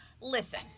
Listen